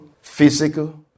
physical